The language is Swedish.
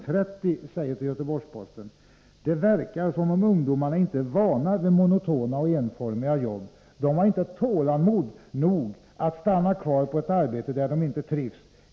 30 säger till G-P: —- Det verkar som om ungdomarna inte är vana vid monotona och enformiga jobb. De har inte tålamod nog att stanna kvar på ett arbete där de inte trivs.